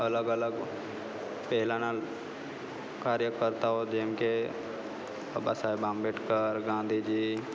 અલગ અલગ પહેલાંના કાર્યકર્તાઓ જેમકે બાબા સાહેબ આંબેડકર ગાંધીજી